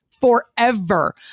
Forever